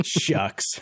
Shucks